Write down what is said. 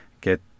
get